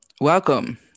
Welcome